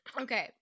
Okay